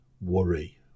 worry